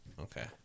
Okay